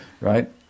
Right